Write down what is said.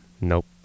Nope